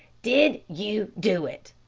did you do it?